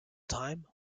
time